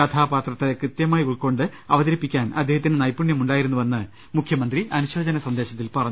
കഥാപാത്രത്തെ കൃത്യമായി ഉൾക്കൊണ്ട് അവത രിപ്പിക്കാൻ അദ്ദേഹത്തിന് നൈപുണ്യമുണ്ടായിരുന്നുവെന്ന് മുഖ്യമന്ത്രി അനുശോ ചന സന്ദേശത്തിൽ പറഞ്ഞു